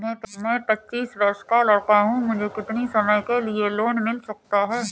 मैं पच्चीस वर्ष का लड़का हूँ मुझे कितनी समय के लिए लोन मिल सकता है?